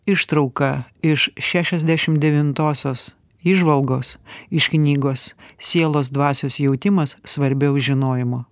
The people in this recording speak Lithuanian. ištrauką iš šešiasdešimt devintosios įžvalgos iš knygos sielos dvasios jautimas svarbiau žinojimo